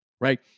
right